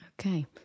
Okay